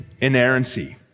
Inerrancy